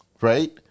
right